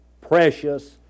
precious